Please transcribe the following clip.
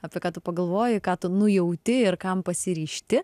apie ką tu pagalvojai ką tu nujauti ir kam pasiryžti